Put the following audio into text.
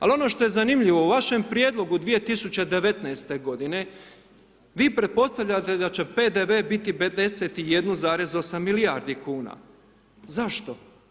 Ali ono što je zanimljivo u vašem prijedlogu 2019. .g vi pretpostavljate da će PDV biti 51,8 milijardi kn, zašto?